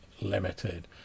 limited